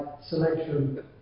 selection